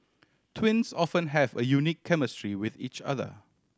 twins often have a unique chemistry with each other